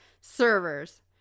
servers